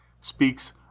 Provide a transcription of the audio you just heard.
speaks